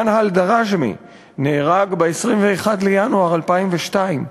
מַנְהָל דראג'מה נהרג ב-21 בינואר 2002,